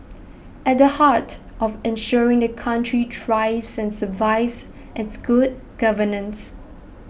at the heart of ensuring the country thrives and survives is good governance